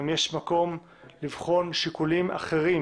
אם יש מקום לבחון שיקולים אחרים,